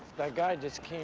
that guy just